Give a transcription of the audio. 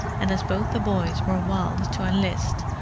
and as both the boys were wild to enlist,